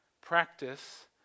practice